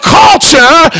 culture